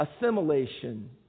assimilation